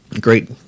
Great